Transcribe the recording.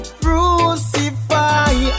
crucify